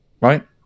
right